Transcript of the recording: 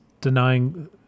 denying